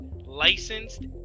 licensed